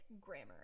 grammar